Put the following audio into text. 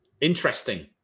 Interesting